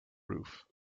roof